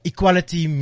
Equality